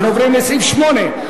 אנחנו עוברים לסעיף 8,